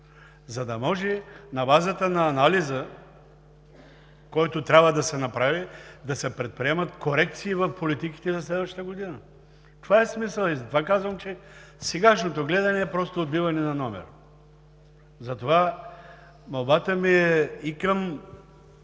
за да може на базата на анализа, който трябва да се направи, да се предприемат корекции в политиките за следващата година? Това е смисълът и затова казвам, че сегашното гледане е просто отбиване на номер. Молбата ми е и към